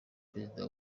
perezida